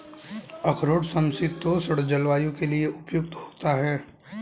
अखरोट समशीतोष्ण जलवायु के लिए उपयुक्त होता है